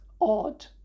odd